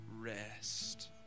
rest